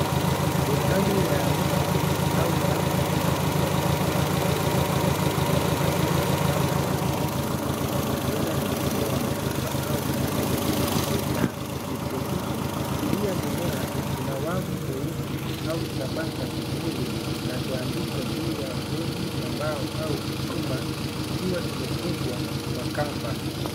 Bustani ya miche au chafu inaoonyesha mimea midogo mingi, yenye majani mapana ya kijani kibichi. Huenda ni miche ya migomba au mimea mingine ya kitropiki. Juu ya mimea kuna wavu mweusi au kitambaa cha kivuli kinacho andikwa juu ya fremu ya mbao au chuma kikiwa kimefungwa kwa kamba.